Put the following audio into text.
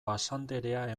basanderea